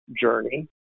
journey